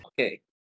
Okay